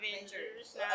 Avengers